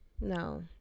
no